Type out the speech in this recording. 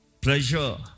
pleasure